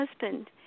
husband